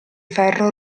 ferro